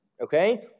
Okay